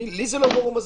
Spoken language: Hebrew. לי זה לא ברור.